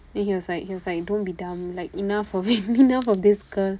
then he was he was like don't be dumb like enough of it enough of this girl